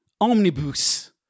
omnibus